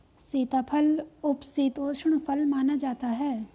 सीताफल उपशीतोष्ण फल माना जाता है